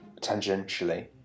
tangentially